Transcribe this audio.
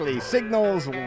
Signals